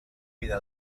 vida